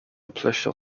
pleasure